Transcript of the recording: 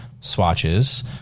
swatches